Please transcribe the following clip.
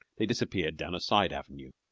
they disappeared down a side avenue,